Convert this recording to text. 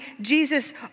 Jesus